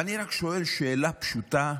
ואני רק שואל שאלה פשוטה: